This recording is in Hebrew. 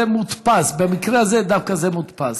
זה מודפס, במקרה הזה זה דווקא מודפס,